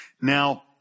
Now